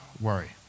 worry